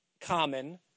Common